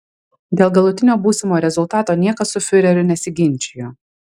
dėl galutinio būsimo rezultato niekas su fiureriu nesiginčijo